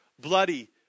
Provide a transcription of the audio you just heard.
bloody